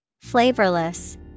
Flavorless